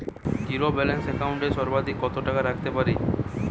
Zero balance account এ সর্বাধিক কত টাকা রাখতে পারি?